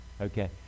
Okay